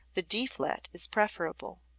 the d flat is preferable.